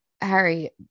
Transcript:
Harry